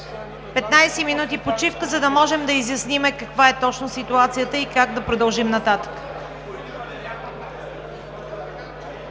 15 минути почивка, за да можем да изясним каква е точно ситуацията и как да продължим нататък.